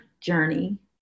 journey